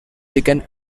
began